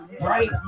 right